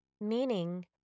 meaning